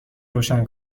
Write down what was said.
روشن